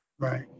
Right